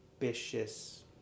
ambitious